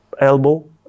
elbow